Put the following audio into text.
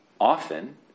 Often